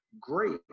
great